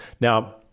Now